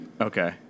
Okay